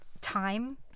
time